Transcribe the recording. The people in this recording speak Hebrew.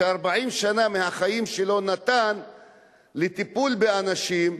40 שנה מהחיים שלו נתן לטיפול באנשים,